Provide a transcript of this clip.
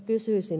kysyisin